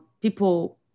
people